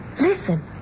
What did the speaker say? Listen